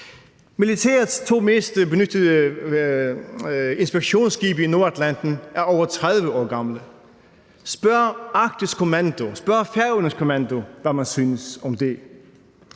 Militærets to mest benyttede inspektionsskibe i Nordatlanten er over 30 år gamle. Spørg Arktisk Kommando, spørg Færøernes Kommando,